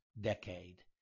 decade